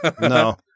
No